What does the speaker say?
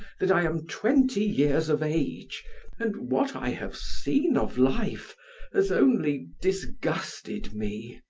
that i am twenty years of age and what i have seen of life has only disgusted me,